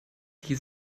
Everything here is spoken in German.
die